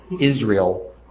Israel